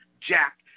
Jack